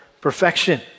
perfection